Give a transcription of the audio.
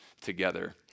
together